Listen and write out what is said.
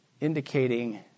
indicating